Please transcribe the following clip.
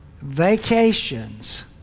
vacations